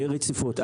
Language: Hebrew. יציבות.